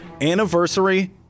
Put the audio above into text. anniversary